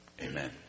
Amen